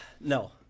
no